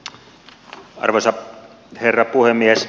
arvoisa herra puhemies